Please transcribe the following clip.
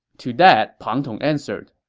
to that, pang tong answered,